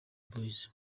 boys